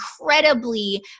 incredibly